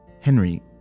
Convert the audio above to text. Henry